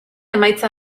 emaitza